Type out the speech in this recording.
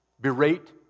berate